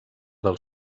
del